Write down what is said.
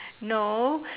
no